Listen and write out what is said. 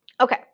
okay